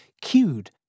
cued